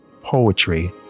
Poetry